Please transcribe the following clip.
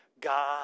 God